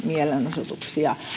mielenosoituksia